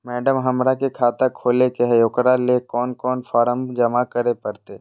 Madam, हमरा के खाता खोले के है उकरा ले कौन कौन फारम जमा करे परते?